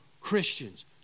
Christians